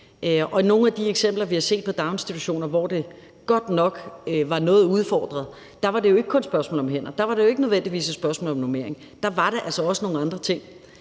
i nogle af de eksempler, vi har set på daginstitutioner, hvor det godt nok var noget udfordret, var det jo ikke kun et spørgsmål om hænder. Der var det ikke nødvendigvis et spørgsmål om normering. Der var det altså også nogle andre ting.